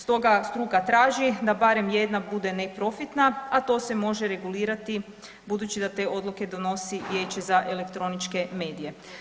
Stoga struka traži da barem jedna bude neprofitna, a to se može regulirati budući da te odluke donosi vijeće za elektroničke medije.